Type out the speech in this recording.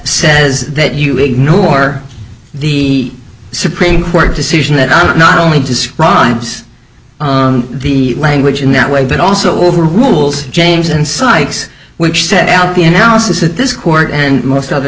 says that you ignore the supreme court decision that on not only describes the language in that way but also over rules james insights which set out the analysis that this court and most other